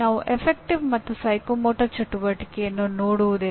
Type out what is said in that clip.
ನಾವು ಗಣನ ಮತ್ತು ಮನೋಪ್ರೇರಣಾ ಚಟುವಟಿಕೆಯನ್ನು ನೋಡುವುದಿಲ್ಲ